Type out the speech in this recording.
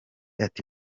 ati